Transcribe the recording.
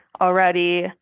already